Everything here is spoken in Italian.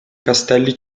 castelli